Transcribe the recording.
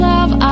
Love